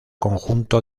conjunto